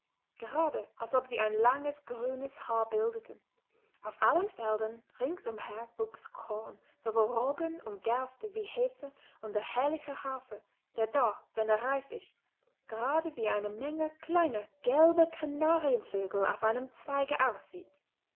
gerade als ob sie ein langes grünes haar bildeten auf allen feldern rings umher wuchs korn sowohl roggen und gerste wie hafer ja der herrliche hafer der da wenn er reif ist gerade wie eine menge kleiner gelber kanarienvögel auf einem zweige aussieht